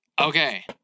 Okay